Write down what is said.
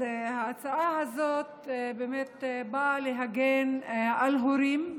ההצעה הזאת באמת באה להגן על הורים,